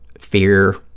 fear